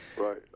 Right